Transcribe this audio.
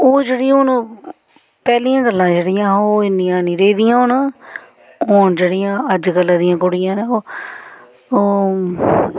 ओह् जेह्ड़ी हून ओह् पैह्लियां गल्लां जेह्ड़ियां ओह् इन्नियां नेईं रेह् दियां हून हून जेह्ड़ियां अजकल्लै दियां कुड़ियां न ओह् ओह्